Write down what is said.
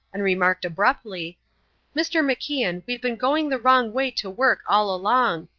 and remarked abruptly mr. macian, we've been going the wrong way to work all along.